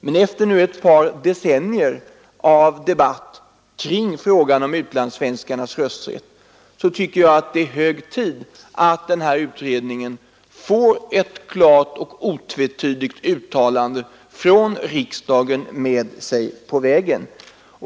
Men efter ett par decenniers debatt kring frågan om utlandssvenskarnas rösträtt tycker jag att det är hög tid att denna utredning nu får ett klart och otvetydigt uttalande från riksdagen med sig på vägen.